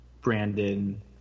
Brandon